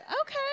okay